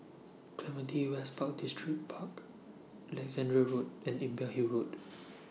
Clementi West Park Distripark Alexandra Road and Imbiah Hill Road